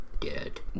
Dead